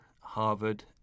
harvard